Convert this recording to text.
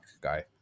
guy